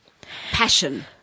Passion